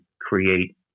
create